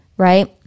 Right